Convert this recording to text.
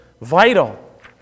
vital